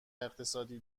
اقتصادی